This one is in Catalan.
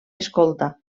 escolta